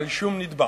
על שום נדבך.